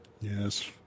Yes